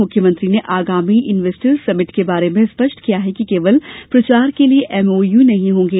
मुख्यमंत्री ने अगामी इन्वेस्टर्स समिट के बारे में स्पष्ट किया कि केवल प्रचार के लिये एमओयू नहीं होंगे